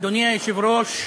אדוני היושב-ראש,